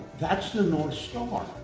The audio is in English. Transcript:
that's the north star.